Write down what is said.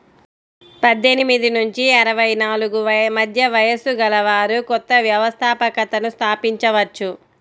పద్దెనిమిది నుంచి అరవై నాలుగు మధ్య వయస్సు గలవారు కొత్త వ్యవస్థాపకతను స్థాపించవచ్చు